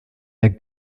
der